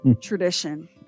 tradition